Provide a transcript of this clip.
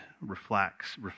reflects